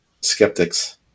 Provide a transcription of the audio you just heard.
skeptics